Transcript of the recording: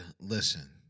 listen